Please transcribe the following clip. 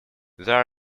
there